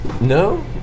No